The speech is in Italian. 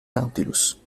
nautilus